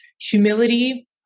humility